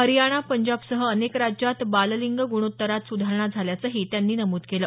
हरियाणा पंजाबसह अनेक राज्यात बाल लिंग गुणोत्तरात सुधारणा झाल्याचंही त्यांनी नमूद केलं